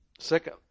Second